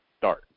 start